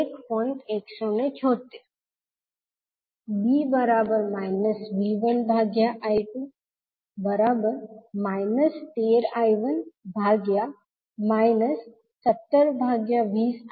176 B V1I2 13I1 1720I115